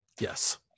yes